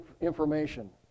information